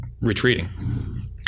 retreating